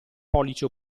pollice